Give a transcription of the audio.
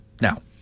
Now